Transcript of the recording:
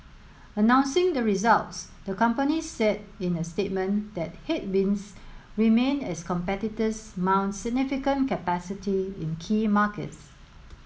announcing the results the company said in a statement that headwinds remain as competitors mount significant capacity in key markets